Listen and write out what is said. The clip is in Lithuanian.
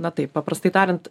na taip paprastai tariant